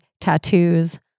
tattoos